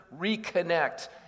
reconnect